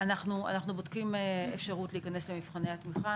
אנחנו בודקים אפשרות להיכנס למבחני התמיכה.